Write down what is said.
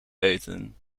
eten